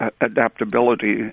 adaptability